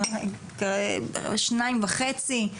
שניים וחצי.